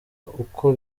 uko